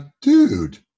dude